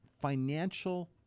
financial